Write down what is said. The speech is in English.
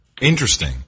Interesting